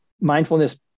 mindfulness